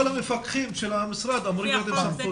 כל המפקחים של המשרד אמורים לעסוק בזה.